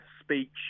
speech